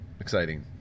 Exciting